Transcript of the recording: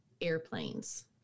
airplanes